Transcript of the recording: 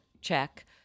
check